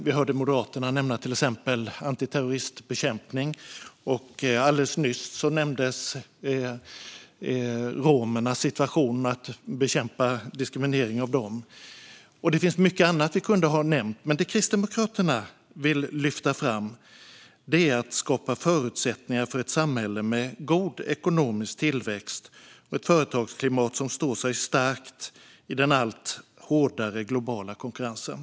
Vi hörde Moderaterna nämna till exempel terroristbekämpning, och alldeles nyss nämndes romernas situation och att bekämpa diskriminering av dem. Det finns mycket annat som vi också kunde nämna, men det som Kristdemokraterna vill lyfta fram är att skapa förutsättningar för ett samhälle med god ekonomisk tillväxt och ett företagsklimat som står sig starkt i den allt hårdare globala konkurrensen.